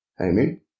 Amen